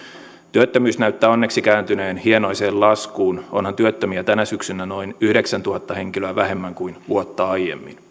työttömyys näyttää onneksi kääntyneen hienoiseen laskuun onhan työttömiä tänä syksynä noin yhdeksäntuhatta henkilöä vähemmän kuin vuotta aiemmin